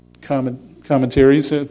commentaries